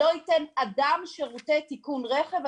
"לא ייתן אדם שירותי תיקון רכב,